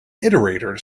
iterator